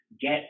get